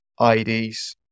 IDs